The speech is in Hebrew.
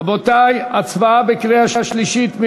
רבותי, הצבעה בקריאה שלישית.